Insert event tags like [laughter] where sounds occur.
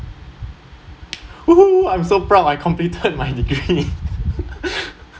!woohoo! I'm so proud I completed my degree [laughs]